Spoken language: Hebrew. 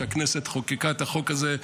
שהכנסת חוקקה את החוק הזה,